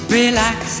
relax